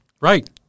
Right